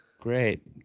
Great